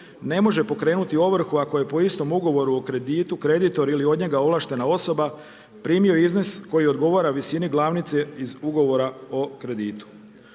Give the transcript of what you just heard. ne može pokrenuti ovrhu ako je po istom ugovoru o kreditu kreditor ili od njega ovlaštena osoba primio iznos koji odgovara visini glavnice iz ugovora o kreditu.